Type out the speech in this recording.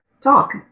talk